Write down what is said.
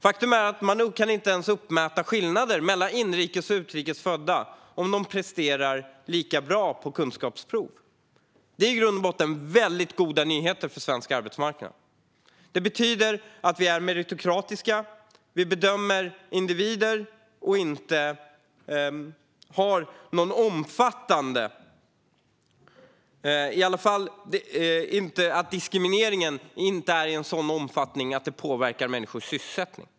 Faktum är att man inte ens kan uppmäta skillnader mellan inrikes och utrikes födda om de presterar lika bra i kunskapsprov. Detta är i grund och botten väldigt goda nyheter för svensk arbetsmarknad. Det betyder att vi är meritokratiska. Vi bedömer individer, och diskrimineringen är inte av sådan omfattning att det påverkar människors sysselsättning.